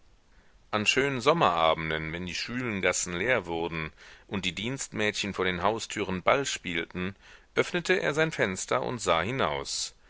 an schönen sommerabenden wenn die schwülen gassen leer wurden und die dienstmädchen vor den haustüren ball spielten öffnete er sein fenster und sah hinaus